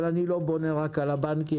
אבל אני לא בונה רק על הבנקים,